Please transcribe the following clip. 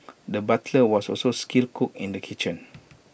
the butcher was also A skilled cook in the kitchen